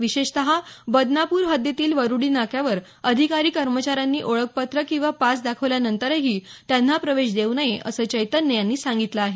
विशेषत बदनापूर हद्दीतील वरुडी नाक्यावर अधिकारी कर्मचाऱ्यांनी ओळखपत्र किंवा पास दाखवल्यानंतरही त्यांना प्रवेश देऊ नये असं चैतन्य यांनी सांगितलं आहे